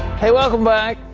hey, welcome back.